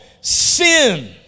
sin